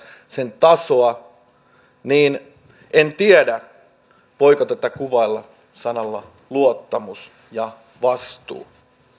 sen tasoa niin en tiedä voiko tätä kuvailla sanoilla luottamus ja vastuu